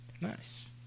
Nice